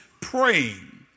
praying